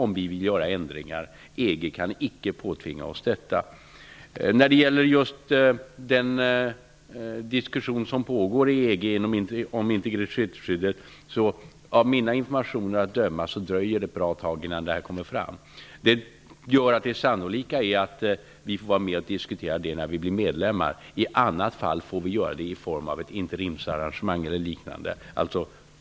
EG kan icke påtvinga oss regler. Det pågår en diskussion om integritetsskyddet i EG, men det dröjer ett bra tag innan detta kommer fram, enligt mina informationer. Det sannolika är att vi får vara med och diskutera frågan när vi blir medlemmar. I annat fall får vi göra det i form av ett interimsarrangemang eller liknande.